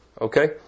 Okay